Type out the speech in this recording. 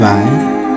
Bye